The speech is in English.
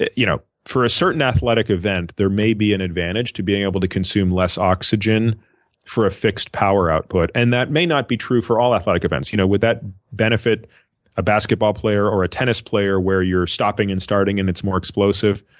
you know for a certain athletic event there may be an advantage to being able to consume less oxygen for a fixed power output. and that may not be true for all athletic events. you know would that benefit a basketball player or a tennis player where you're stopping and starting and it's more explosive?